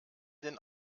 den